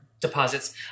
deposits